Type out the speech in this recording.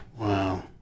Wow